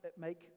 make